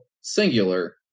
singular